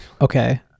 Okay